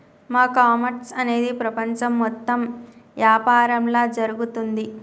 ఈ కామర్స్ అనేది ప్రపంచం మొత్తం యాపారంలా జరుగుతోంది